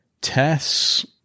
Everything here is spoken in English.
tests